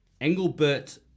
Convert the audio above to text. Engelbert